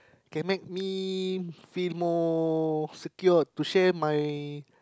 can make me feel more secured to share my